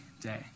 day